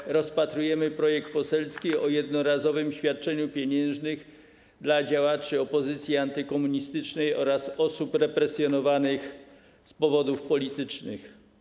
Dziś rozpatrujemy projekt poselski o jednorazowym świadczeniu pieniężnym dla działaczy opozycji antykomunistycznej oraz osób represjonowanych z powodów politycznych.